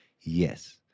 Yes